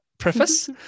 preface